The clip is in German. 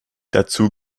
dazu